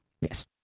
Yes